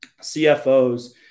CFOs